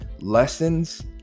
lessons